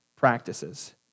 practices